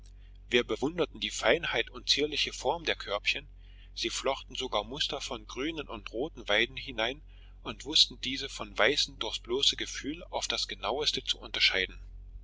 wir bewunderten die feinheit und zierliche form der körbchen sie flochten sogar muster von grünen und roten weiden hinein und wußten diese von den weißen durchs bloße gefühl auf das genaueste zu unterscheiden